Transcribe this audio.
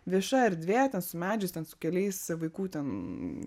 vieša erdvė ten su medžiais ten su keliais vaikų ten